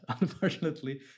unfortunately